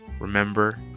Remember